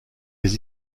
les